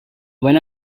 when